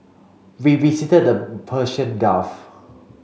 we visited the Persian Gulf